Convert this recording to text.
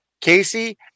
Casey